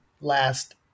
last